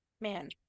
Man